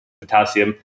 potassium